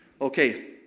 Okay